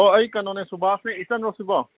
ꯑꯣ ꯑꯩ ꯀꯩꯅꯣꯅꯦ ꯁꯨꯕꯥꯁꯅꯦ ꯏꯆꯜꯂꯣ ꯁꯤꯕꯣ